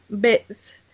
bits